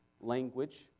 language